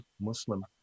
Muslim